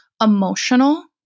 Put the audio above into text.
emotional